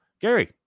Gary